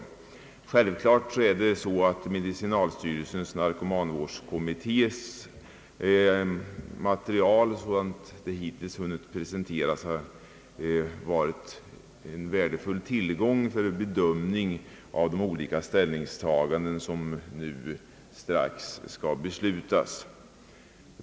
Uppenbarligen har materialet från medicinalstyrelsens narkomanvårdskommitté, sådant det hittills har hunnit presenteras, varit en värdefull tillgång för bedömningen av de olika ställningstaganden som nu strax skall beslutas om.